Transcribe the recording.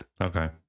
Okay